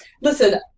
Listen